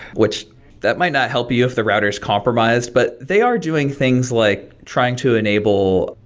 which that might not help you if the router is compromised, but they are doing things like trying to enable,